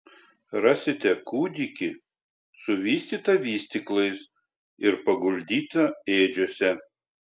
rasite kūdikį suvystytą vystyklais ir paguldytą ėdžiose